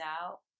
out